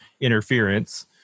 interference